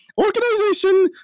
organization